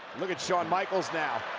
look at shawn michaels now,